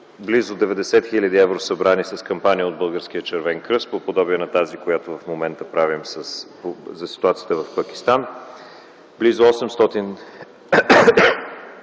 близо 90 хил. евро събрани в кампания от Българския Червен кръст по подобие на тази, която в момента правим за ситуацията в Пакистан, близо 800